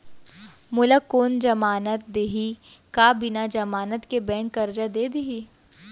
मोला कोन जमानत देहि का बिना जमानत के बैंक करजा दे दिही?